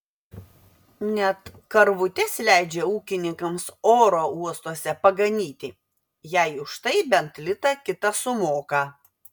net karvutes leidžia ūkininkams oro uostuose paganyti jei už tai bent litą kitą sumoka